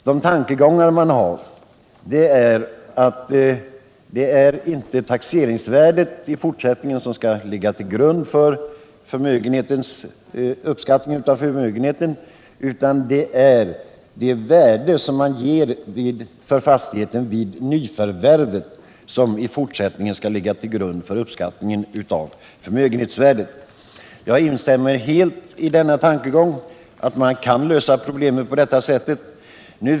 De tänker sig att det inte är taxeringsvärdet som i fortsättningen skall ligga till grund för uppskattningen av förmögenheten utan det belopp som man ger för fastigheten vid nyförvärvet. Jag instämmer helt i tanken att problemet kan lösas på det sättet.